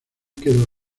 quedó